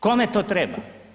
Kome to treba?